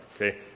Okay